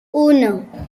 uno